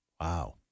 Wow